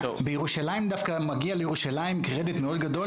לירושלים דווקא מגיע קרדיט מאוד גדול.